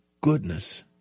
goodness